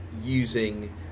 using